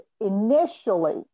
initially